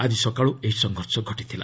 ଆକି ସକାଳ୍ ଏହି ସଂଘର୍ଷ ଘଟିଥିଲା